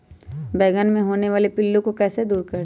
बैंगन मे होने वाले पिल्लू को कैसे दूर करें?